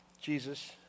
Jesus